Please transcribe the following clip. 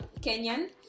Kenyan